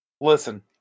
Listen